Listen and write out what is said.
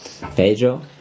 Pedro